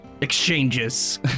exchanges